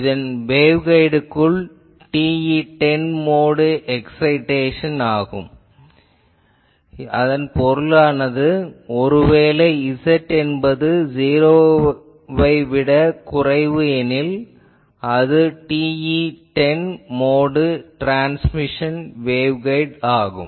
இது வேவ்கைடுக்குள் TE10 mode excitation ஆகும் அதன் பொருளானது ஒருவேளை z என்பது 0 வை விட குறைவு எனில் அது TE10 மோடு ட்ரான்ஸ்மிஷன் வேவ்கைடு ஆகும்